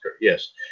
Yes